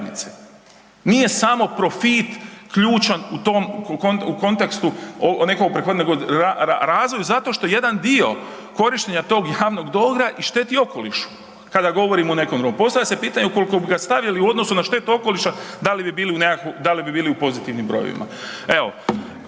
Nije samo profit ključan u tom, u kontekstu nekom …/nerazumljivo/… razvoju zato što jedan dio korištenja tog javnog dobra i šteti okolišu kada govorimo o nekom …/nerazumljivo/… Postavlja se pitanje ukoliko bi ga stavili u odnosu na štetu okoliša da li bi bili u nekakvom,